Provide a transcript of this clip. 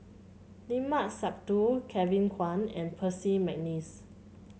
Limat Sabtu Kevin Kwan and Percy McNeice